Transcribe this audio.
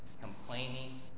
complaining